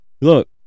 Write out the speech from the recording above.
look